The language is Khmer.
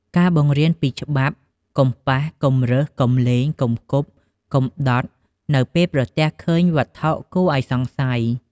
ការបង្រៀនពីច្បាប់ កុំប៉ះ កុំរើស កុំលេង កុំគប់ កុំដុត នៅពេលប្រទះឃើញវត្ថុគួរឱ្យសង្ស័យ។